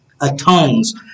atones